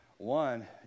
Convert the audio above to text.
One